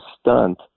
stunt